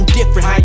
different